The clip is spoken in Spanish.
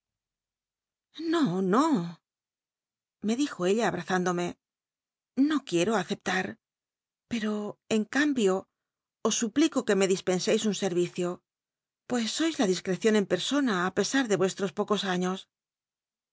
xo no me dijo ella ahmz intlome no quicro aceptar pero en cambio os suplico que me disjwnscis un ser'icio pues sois la disrrerion en persona ü pesar de ucstros pocos niios